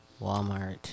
Walmart